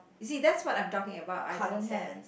you see that's what I'm talking about I don't have